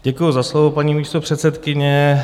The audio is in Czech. Děkuji za slovo, paní místopředsedkyně.